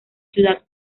ciudad